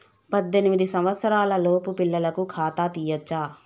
పద్దెనిమిది సంవత్సరాలలోపు పిల్లలకు ఖాతా తీయచ్చా?